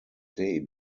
day